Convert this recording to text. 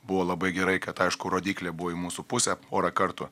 buvo labai gerai kad aišku rodyklė buvo į mūsų pusę porą kartų